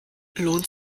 lohnt